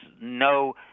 no